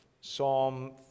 Psalm